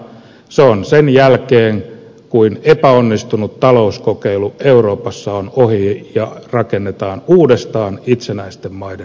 se on sen jälkeen kun epäonnistunut talouskokeilu euroopassa on ohi ja rakennetaan uudestaan itsenäisten maiden yhteistyötä